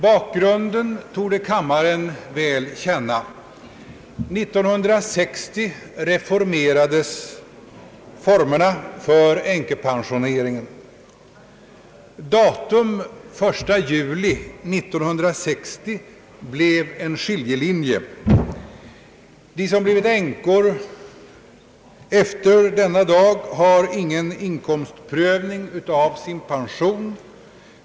Bakgrunden torde kammaren väl känna. År 1960 reformerades formerna för änkepensioneringen. Datum den 1 juli 1960 blev en skiljelinje. De som blivit änkor efter denna dag har ingen inkomstprövning av sin pension.